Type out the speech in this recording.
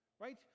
right